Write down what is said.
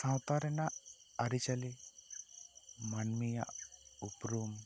ᱥᱟᱶᱛᱟ ᱨᱮᱱᱟᱜ ᱟᱹᱨᱤ ᱪᱟᱹᱞᱤ ᱢᱟᱹᱱᱢᱤᱭᱟᱜ ᱩᱯᱨᱩᱢ